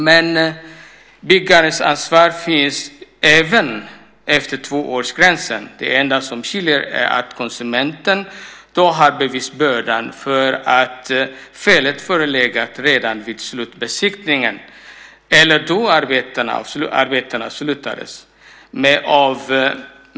Men byggarens ansvar finns även efter tvåårsgränsen. Det enda som skiljer är att konsumenten då har bevisbördan för att felet förelegat redan vid slutbesiktningen eller då arbetena avslutades.